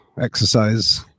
exercise